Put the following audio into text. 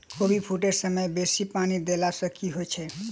कोबी फूटै समय मे बेसी पानि देला सऽ की होइ छै?